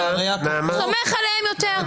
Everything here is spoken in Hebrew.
סומך עליהם יותר.